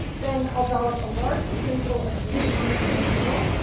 then, i'll dollop a large spoonful of green hummus in the middle.